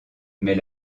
mais